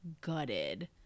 gutted